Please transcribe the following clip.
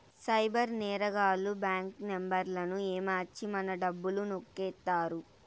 cyber నేరగాళ్లు bank నెంబర్లను ఏమర్చి మన డబ్బులు నొక్కేత్తారు